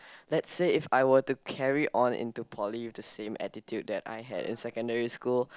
let's say if I were to carry on into poly with the same attitude that I had in secondary school